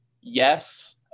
yes